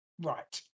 Right